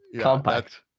Compact